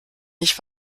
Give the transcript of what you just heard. nicht